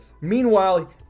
Meanwhile